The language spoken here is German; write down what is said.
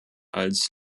als